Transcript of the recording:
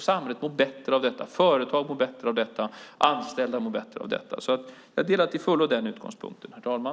Samhället mår bättre av detta. Företag mår bättre av detta. Anställda mår bättre av detta. Jag delar alltså till fullo den utgångspunkten, herr talman.